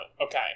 okay